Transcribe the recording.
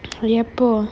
எப்போ:eppo